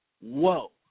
whoa